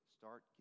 start